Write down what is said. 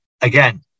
again